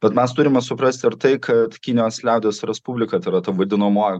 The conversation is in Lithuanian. bet mes turime suprasti ir tai kad kinijos liaudies respublika tai yra ta vadinamoji